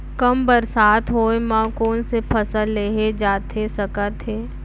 कम बरसात होए मा कौन से फसल लेहे जाथे सकत हे?